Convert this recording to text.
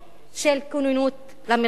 של כוננות למלחמה.